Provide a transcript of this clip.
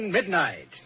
Midnight